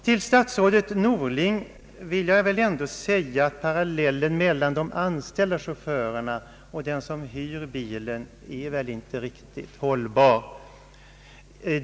Till statsrådet Norling vill jag säga att jämförelsen mellan de anställda chaufförerna och den som hyr bilen inte stämmer riktigt.